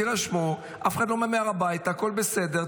תירשמו, אף אחד לא ממהר הביתה, הכול בסדר.